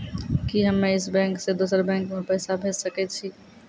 कि हम्मे इस बैंक सें दोसर बैंक मे पैसा भेज सकै छी?